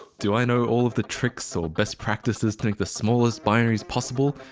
do i know all of the tricks or best practices to make the smallest binaries possible?